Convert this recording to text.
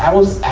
was